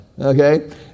okay